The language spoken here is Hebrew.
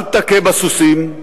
אל תכה בסוסים,